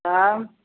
तब